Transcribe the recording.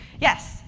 Yes